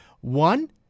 One